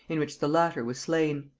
in which the latter was slain.